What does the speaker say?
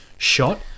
Shot